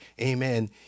Amen